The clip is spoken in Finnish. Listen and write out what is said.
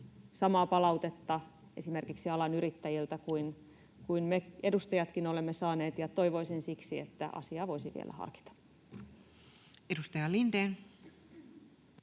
samaa palautetta esimerkiksi alan yrittäjiltä kuin me edustajatkin olemme saaneet, ja toivoisin siksi, että asiaa voisi vielä harkita. [Speech